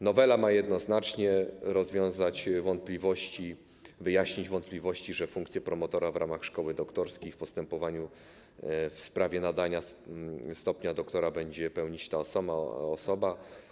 Nowela ma jednoznacznie rozwiązać wątpliwości co do tego, że funkcję promotora w ramach szkoły doktorskiej w postępowaniu w sprawie nadania stopnia doktora będzie pełnić ta sama osoba.